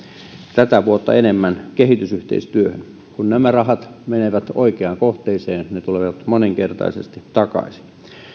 tätä vuotta enemmän kehitysyhteistyöhön kun nämä rahat menevät oikeaan kohteeseen ne tulevat moninkertaisesti takaisin